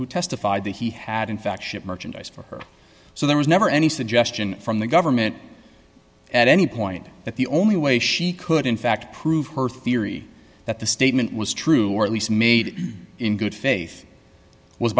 who testified that he had in fact shipped merchandise for her so there was never any suggestion from the government at any point that the only way she could in fact prove her theory that the statement was true or at least made in good faith was